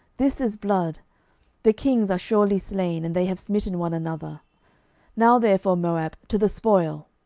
this is blood the kings are surely slain, and they have smitten one another now therefore, moab, to the spoil.